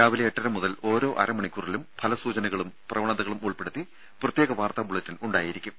രാവിലെ എട്ടര മുതൽ ഓരോ അര മണിക്കൂറിലും ഫലസൂചനകളും പ്രവണതകളും ഉൾപ്പെടുത്തി പ്രത്യേക വാർത്താ ബുള്ളറ്റിൻ ഉണ്ടായിരിക്കും